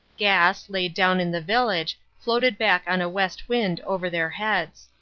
gas, laid down in the village, floated back on a west wind over their heads.